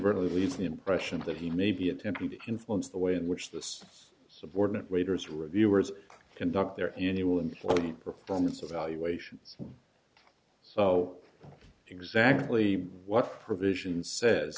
really leaves the impression that he may be attempting to influence the way in which this subordinate waiters reviewers conduct their annual employee performance evaluations so exactly what provisions says